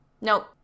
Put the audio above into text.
Nope